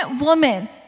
woman